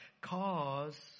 cause